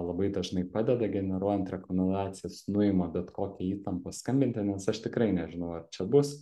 labai dažnai padeda generuojant rekomendacijas nuima bet kokią įtampą skambinti nes aš tikrai nežinau ar čia bus